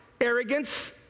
arrogance